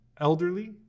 elderly